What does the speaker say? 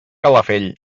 calafell